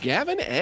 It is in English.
Gavin